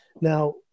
Now